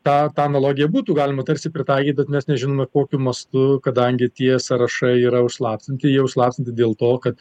tą analogiją būtų galima tarsi pritaikyt bet mes nežinome kokiu mastu kadangi tie sąrašai yra užslaptinti jie užslaptinti dėl to kad